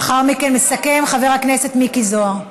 לאחר מכן יסכם חבר הכנסת מיקי זוהר.